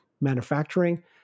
manufacturing